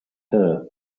her